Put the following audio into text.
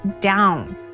down